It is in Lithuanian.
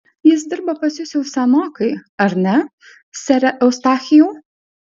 jis dirba pas jus jau senokai ar ne sere eustachijau